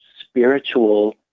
spiritual